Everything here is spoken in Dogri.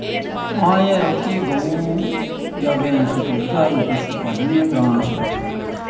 आं एह् ऐ की गऊ जां भैंस दुधारू पशु पालने आं ग्रां अस